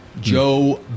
Joe